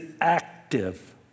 active